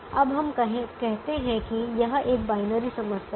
अब हम कहते हैं कि यह एक बायनरी समस्या है